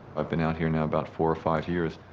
i've been out here now about four of five years.